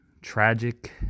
tragic